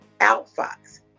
Outfox